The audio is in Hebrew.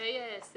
מהסולק.